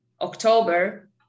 October